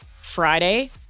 Friday